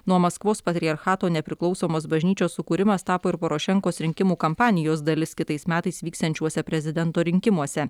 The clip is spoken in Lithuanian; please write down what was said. nuo maskvos patriarchato nepriklausomos bažnyčios sukūrimas tapo ir porošenkos rinkimų kampanijos dalis kitais metais vyksiančiuose prezidento rinkimuose